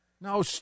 No